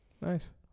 Nice